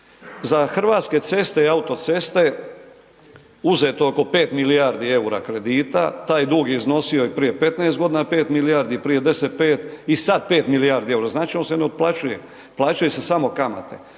Za hrvatske ceste i autoceste uzeto je oko 5 milijardi EUR-a kredita, taj dug je iznosio i prije 15 godina 5 milijardi, prije 10, 5 i sad 5 milijardi EUR-a, znači on se ne otplaćuje. Plaćaju se samo kamate,